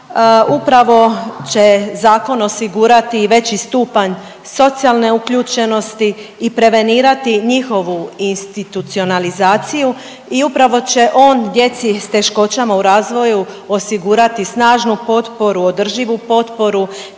Upravo će zakon osigurati i veći stupanj socijalne uključenosti i prevenirati njihovu institucionalizaciju i upravo će on djeci s teškoćama u razvoju osigurati snažnu potporu, održivu potporu